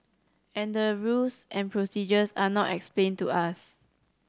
and the rules and procedures are not explained to us